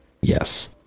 Yes